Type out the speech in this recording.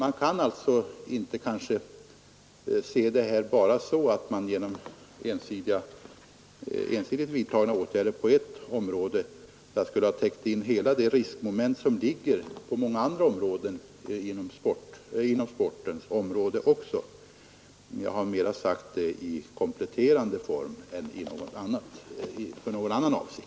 =—— a sh ER Om det allmänna Man kan alltså inte se det så att man genom ensidigt vidtagna åtgärder : å å å 4 ärdväsendets på ett område skulle ha täckt in de riskmoment som finns inom andra £ ine till 3 anpassning ti områden av sporten. DENNPG handikappade